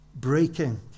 breaking